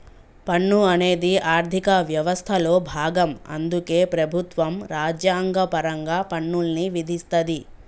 పన్ను అనేది ఆర్థిక వ్యవస్థలో భాగం అందుకే ప్రభుత్వం రాజ్యాంగపరంగా పన్నుల్ని విధిస్తది